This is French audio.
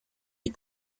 les